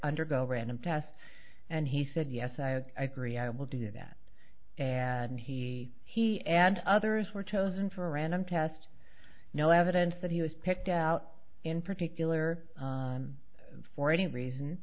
undergo random tests and he said yes i agree i will do that and he he and others were chosen for random tests no evidence that he was picked out in particular for any reason